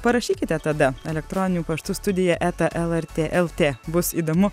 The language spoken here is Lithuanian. parašykite tada elektroniniu paštu studija eta lrt lt bus įdomu